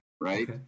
right